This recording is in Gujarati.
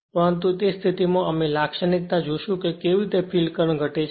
પરંતુ તે સ્થિતિમાં અમે લાક્ષણિકતા જોશું કે કેવી રીતે ફિલ્ડ કરંટ ઘટે છે